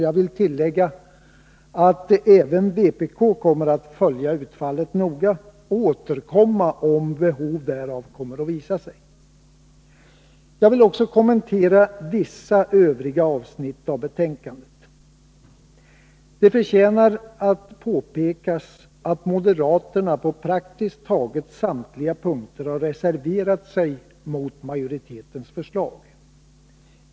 Jag vill tillägga att även vpk kommer att följa utfallet noga och återkomma om behov därav visar sig. Jag vill också något kommentera vissa övriga avsnitt av betänkandet. Det förtjänar att påpekas att moderaterna på praktiskt taget samtliga punkter reserverat sig mot majoritetens förslag.